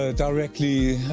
ah directly,